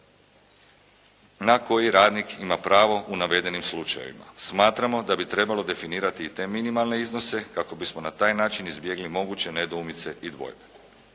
na koji radnik ima pravo u navedenim slučajevima. Smatramo da bi trebalo definirati i te minimalne iznose kako bismo na taj način izbjegli moguće nedoumice i dvojbe.